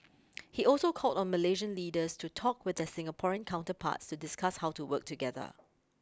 he also called on Malaysian leaders to talk with their Singaporean counterparts to discuss how to work together